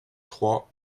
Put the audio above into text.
trois